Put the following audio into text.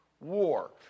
war